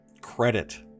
credit